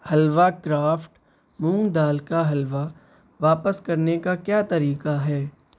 حلوا craft مونگ دال کا حلوا واپس کرنے کا کیا طریقہ ہے